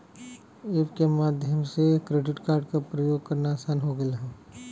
app के माध्यम से क्रेडिट कार्ड प्रयोग करना आसान हो गयल हौ